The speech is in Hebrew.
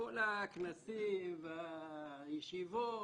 בכל הכנסים והישיבות,